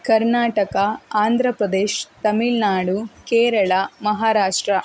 Karnataka Andhra Pradesh Tamil Nadu Kerala Maharashtra